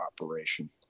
operation